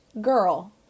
girl